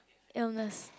illness